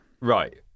Right